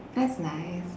that's nice